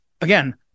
again